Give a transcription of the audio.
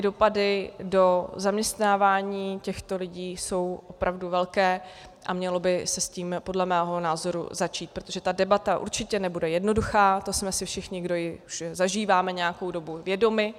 Dopady do zaměstnávání těchto lidí jsou opravdu velké a mělo by se s tím podle mého názoru začít, protože ta debata určitě nebude jednoduchá, toho jsme si všichni, kdo ji už zažíváme nějakou dobu, vědomi.